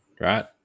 right